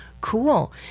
cool